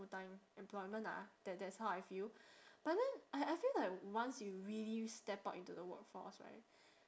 full time employment ah that that's how I feel but then I I feel like once you really step out into the workforce right